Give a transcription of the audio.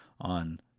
on